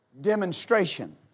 Demonstration